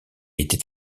était